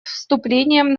вступлением